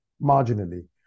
marginally